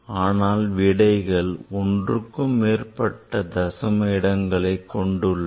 ஆனால் விடைகள் ஒன்றுக்கும் மேற்பட்ட தசமங்களை கொண்டுள்ளன